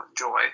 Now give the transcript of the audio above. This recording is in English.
enjoy